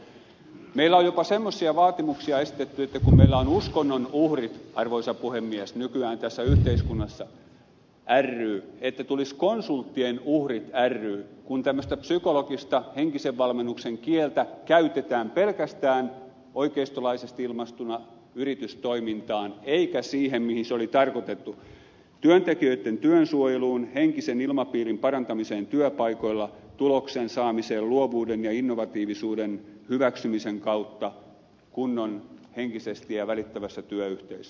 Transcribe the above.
meillä on jopa semmoisia vaatimuksia esitetty että kun meillä on uskonnon uhrit ry arvoisa puhemies nykyään tässä yhteiskunnassa niin tulisi konsulttien uhrit ry kun tämmöistä psykologista henkisen valmennuksen kieltä käytetään pelkästään oikeistolaisesti ilmaistuna yritystoimintaan eikä siihen mihin se oli tarkoitettu työntekijöitten työsuojeluun henkisen ilmapiirin parantamiseen työpaikoilla tuloksen saamiseen luovuuden ja innovatiivisuuden hyväksymisen kautta kunnon henkisesti välittävässä työyhteisössä